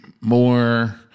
more